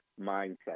mindset